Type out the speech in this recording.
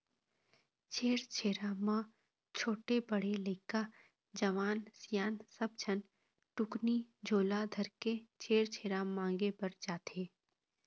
छेरछेरा म छोटे, बड़े लइका, जवान, सियान सब झन टुकनी झोला धरके छेरछेरा मांगे बर जाथें